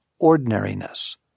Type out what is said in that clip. ordinariness